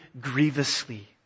grievously